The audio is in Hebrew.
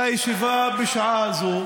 הכנסת כדי לא לקיים את הישיבה בשעה הזאת.